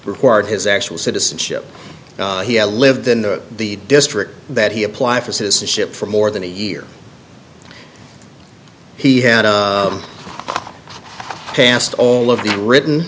record his actual citizenship he had lived in the district that he applied for citizenship for more than a year he had passed all of the written